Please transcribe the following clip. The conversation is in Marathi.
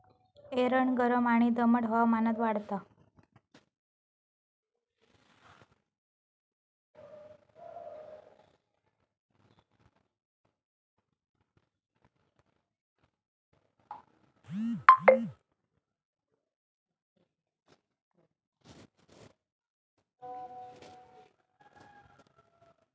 एरंड गरम आणि दमट हवामानात वाढता